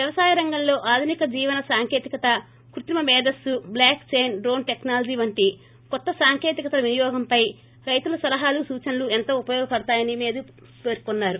వ్యవసాయ రంగంలో ఆధునిక జీవన సాంకేతికత కృత్రిమ మేథస్పు బ్లాక్ చైన్ డ్రోన్ టెక్సాలజీ వంటి కొత్త సాంకేతికతల వినియోగంపై రైతుల సలహాలు సూచనలు ఎంతో ఉపయోగపడతాయని మోదీ పేర్కోన్నారు